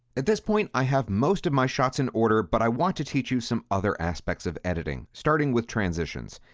at this point, i have most of my shots in order, but i want to teach you some other aspects of editing. starting with transitions,